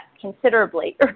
considerably